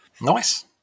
nice